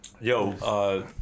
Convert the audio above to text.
yo